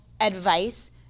advice